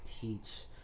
teach